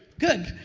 good!